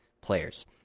players